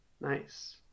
Nice